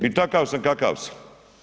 I takav sam kakav sam.